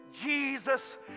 Jesus